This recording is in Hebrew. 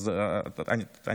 תודה רבה.